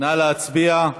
נא להצביע.